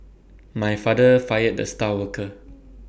my father fired the star worker